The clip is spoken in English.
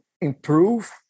improve